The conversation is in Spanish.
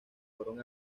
fueron